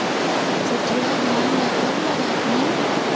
सठिया धान ला कब लगाथें?